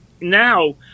now